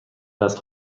دست